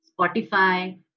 Spotify